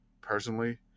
personally